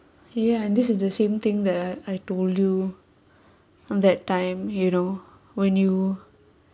ya and this is the same thing that I I told you on that time you know when you